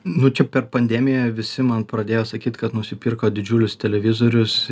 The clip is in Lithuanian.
nu čia per pandemiją visi man pradėjo sakyt kad nusipirko didžiulius televizorius